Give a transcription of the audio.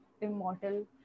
immortal